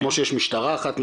כמו שיש משטרה אחת,